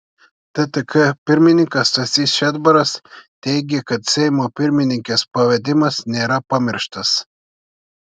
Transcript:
ttk pirmininkas stasys šedbaras teigė kad seimo pirmininkės pavedimas nėra pamirštas